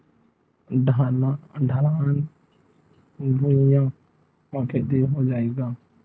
ढलान भुइयां म खेती हो जाही का?